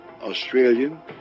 Australian